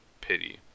pity